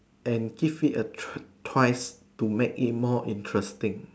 and give it a T_R twice to make it more interesting